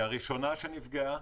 התיירות היא הראשונה שנפגעה.